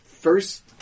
first